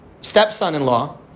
stepson-in-law